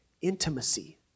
intimacy